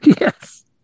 Yes